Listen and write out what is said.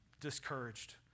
discouraged